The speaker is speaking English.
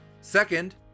Second